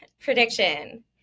prediction